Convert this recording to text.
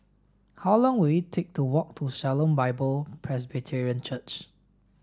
how long will it take to walk to Shalom Bible Presbyterian Church